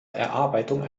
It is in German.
erarbeitung